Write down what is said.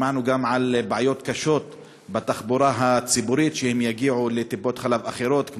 שמענו גם על בעיות קשות בתחבורה הציבורית אם הם יגיעו לטיפות חלב אחרות,